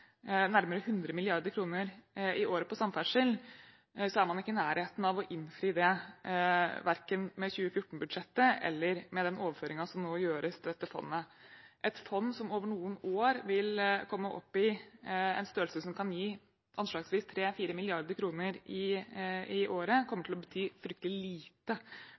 nærmere 100 mrd. kr i året på samferdsel – er man ikke i nærheten av å innfri det, verken med 2014-budsjettet eller med den overføringen som nå gjøres til dette fondet. Et fond som over noen år vil komme opp i en størrelse som kan gi anslagsvis 3–4 mrd. kr i året, kommer til å bety fryktelig lite